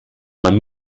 man